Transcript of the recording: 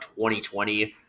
2020